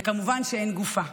וכמובן שאין גופה.